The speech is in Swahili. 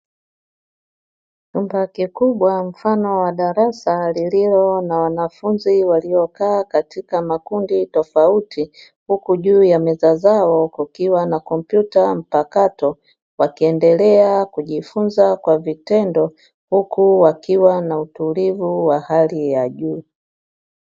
Chumba kikubwa mfano wa darasa lililo na wanafunzi waliokaa katika makundi tofauti, huku juu ya meza zao kukiwa na kompyuta mpakato wakiendelea kujifunza kwa vitendo; huku wakiwa na utulivu wa hali ya juu.